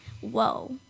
whoa